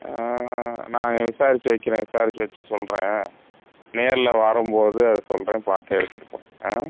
நான் விசாரிச்சு வைக்கிறேன் விசாரிச்சு வச்சு சொல்லுறேன் நேரில் வரம்போது அது சொல்லுறேன் பார்த்து எடுத்துகிட்டு போ ஆ